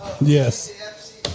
Yes